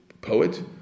poet